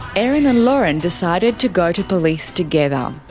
erin and lauren decided to go to police together. um